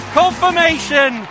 confirmation